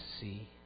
see